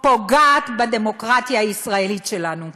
פוגעת בדמוקרטיה הישראלית שלנו.